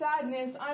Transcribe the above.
sadness